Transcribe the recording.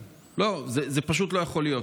לא, זה פשוט לא יכול להיות.